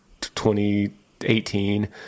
2018